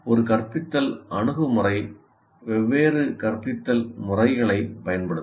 ஒரு கற்பித்தல் அணுகுமுறை வெவ்வேறு கற்பித்தல் முறைகளைப் பயன்படுத்தும்